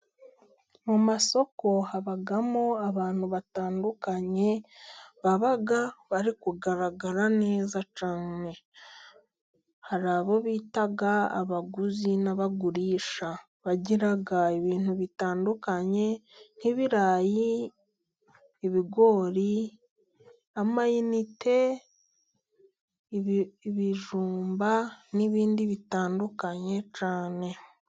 Mu masoko habamo abantu batandukanye, baba bari kugaragara neza cyane, hari abo bita abaguzi n'abagurisha, bagira ibintu bitandukanye, nk'ibirayi, ibigori, amayinite, ibijumba, n'ibindi bitandukanye cyane.